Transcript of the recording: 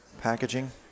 packaging